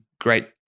great